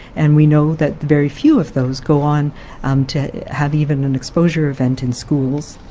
and we know that very few of those go on to have even an exposure event in schools.